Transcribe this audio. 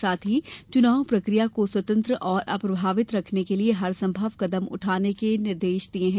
साथ ही चुनाव प्रकिया को स्वतंत्र और अप्रभावित रखने के लिए हरसंभव कदम उठाने के निर्देश दिए हैं